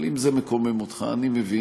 אבל אם זה מקומם אותך, אני מבין.